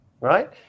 Right